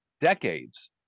decades